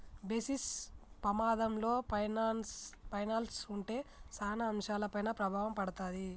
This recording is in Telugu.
బేసిస్ పమాధంలో పైనల్స్ ఉంటే సాన అంశాలపైన ప్రభావం పడతాది